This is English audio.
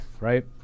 right